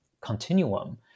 continuum